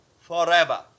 forever